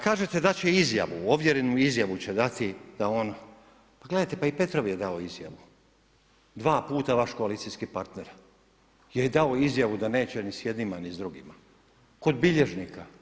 Kažete dat će izjavu, ovjerenu izjavu će dati da on, gledajte pa i Petrov je dao izjavu dva puta vaš koalicijski partner je dao izjavu da neće ni s jednima, ni s drugima kod bilježnika.